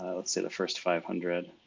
let's say the first five hundred.